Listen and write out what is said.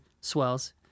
swells